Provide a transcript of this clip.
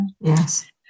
Yes